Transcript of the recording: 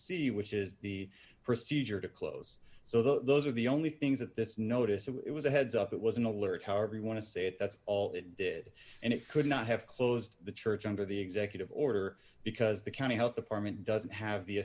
c which is the procedure to close so those are the only things that this notice it was a heads up it was an alert however you want to say it that's all it did and it could not have closed the church under the executive order because the county health department doesn't have the